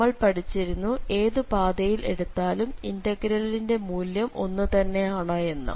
നമ്മൾ പഠിച്ചിരുന്നു ഏത് പാതയിൽ എടുത്താലും ഇന്റഗ്രലിന്റെ മൂല്യം ഒന്നു തന്നെ ആണ് എന്ന്